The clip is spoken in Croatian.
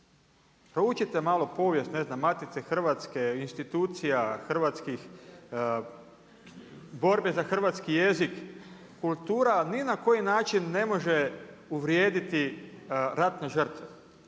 Proučite malo povijest, ne znam Matice Hrvatske, institucija hrvatskih, borbe za hrvatski jezik. Kultura ni na koji način ne može uvrijediti ratne žrtve.